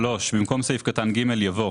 במקום סעיף קטן (ג) יבוא: